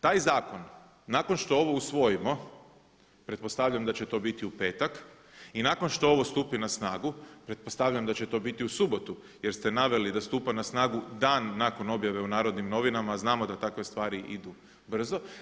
Taj zakon nakon što ovo usvojimo, pretpostavljam da će to biti u petak i nakon što ovo stupi na snagu pretpostavljam da će to biti u subotu, jer ste naveli da stupa na snagu dan nakon objave u Narodnim novinama, a znamo da takve stvari idu brzo.